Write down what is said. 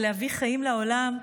ולהביא חיים לעולם.